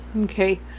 Okay